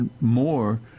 more